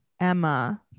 Emma